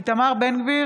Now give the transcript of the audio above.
איתמר בן גביר,